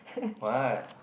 what